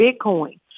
Bitcoin